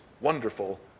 wonderful